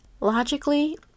Logically